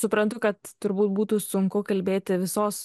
suprantu kad turbūt būtų sunku kalbėti visos